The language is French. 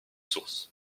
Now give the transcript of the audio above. sources